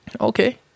Okay